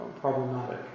problematic